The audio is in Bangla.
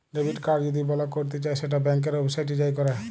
ডেবিট কাড় যদি বলক ক্যরতে চাই সেট ব্যাংকের ওয়েবসাইটে যাঁয়ে ক্যর